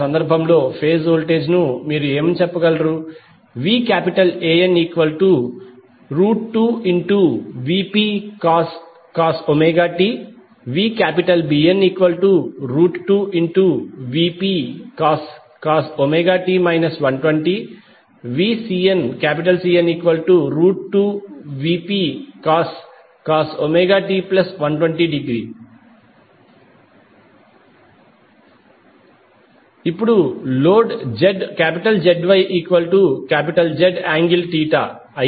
ఆ సందర్భంలో phase voltage ను మీరు చెప్పగలరు vAN2Vpcos t vBN2Vpcos ω t 120° vCN2Vpcos ω t120° ఇప్పుడు లోడ్ ZYZ∠θ